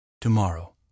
tomorrow